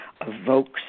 evokes